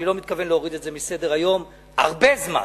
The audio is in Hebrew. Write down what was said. אני לא מתכוון להוריד את זה מסדר-היום הרבה זמן.